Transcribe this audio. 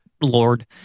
Lord